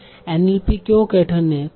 NLP क्यों कठिन है